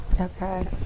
Okay